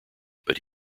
but